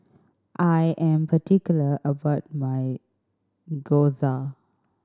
I am particular about my Gyoza